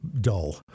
dull